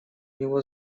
него